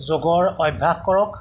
যোগৰ অভ্যাস কৰক